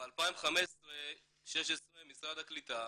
ב-2015-2016 משרד הקליטה